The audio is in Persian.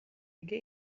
اگه